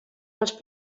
dels